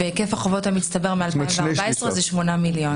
והיקף החובות מ-2014 זה 8 מיליון.